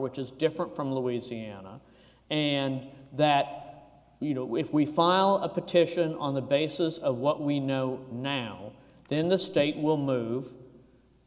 which is different from louisiana and that you know if we file a petition on the basis of what we know now then the state will move